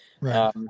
Right